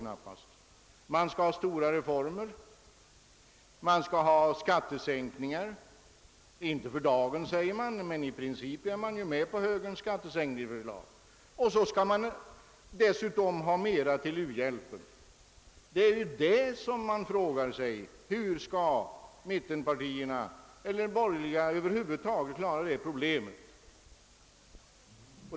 Folkpartiet vill genomföra stora reformer; det vill ha skattesänkningar — inte för dagen, heter det — men i princip är man med på högerns skattesänkningsförslag. Dessutom skall man ha mera till u-hjälpen. Då frågar man sig: Hur skall mittenpartierna eller de borgerliga över huvud taget klara detta problem?